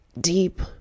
deep